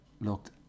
looked